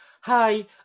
hi